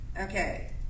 Okay